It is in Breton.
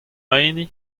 hini